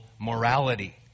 morality